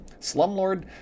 Slumlord